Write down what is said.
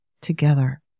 together